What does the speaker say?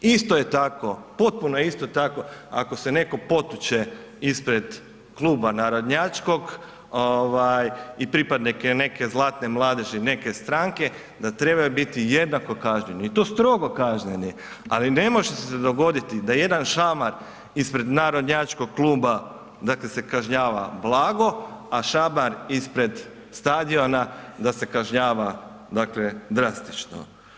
Isto je tako, potpuno isto je tako ako se netko potuče ispred kluba narodnjačkog ovaj i pripadnik je neke zlatne mladeži neke stranke da trebaju biti jednako kažnjeni i to strogo kažnjeni, ali ne može se dogoditi da jedan šamar ispred narodnjačkog kluba dakle se kažnjava blago, a šamar ispred stadiona da se kažnjava dakle drastično.